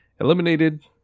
eliminated